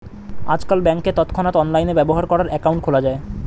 আজকাল ব্যাংকে তৎক্ষণাৎ অনলাইনে ব্যবহার করার অ্যাকাউন্ট খোলা যায়